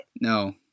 No